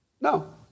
No